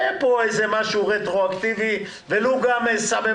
יהיה פה משהו רטרואקטיבי, ולו גם סממן.